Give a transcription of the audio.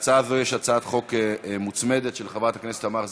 להצעה זו יש הצעת חוק מוצמדת של חברת הכנסת תמר זנדברג,